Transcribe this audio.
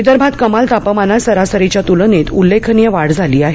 विदर्भात कमाल तापमानात सरासरीच्या तुलनेत उल्लेखनीय वाढ झाली आहे